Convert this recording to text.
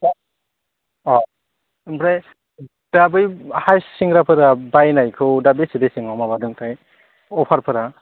दा अ ओमफ्राय दा बै हायेस्त सेंग्राफोरा बायनायखौ दा बेसे बेसेआव माबादोंथाय अफारफोरा